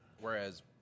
Whereas